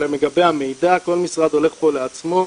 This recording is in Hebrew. לגבי המידע, כל משרד הולך פה לעצמו.